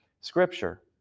scripture